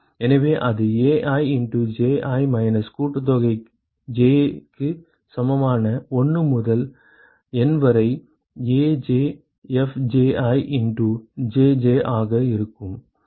எனவே அது Ai into Ji minus கூட்டுத்தொகை J க்கு சமமான 1 முதல் N வரை AjFji இண்டு Jj ஆக இருக்கும்